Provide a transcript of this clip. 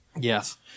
Yes